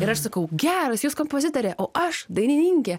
ir aš sakau geras jūs kompozitorė o aš dainininkė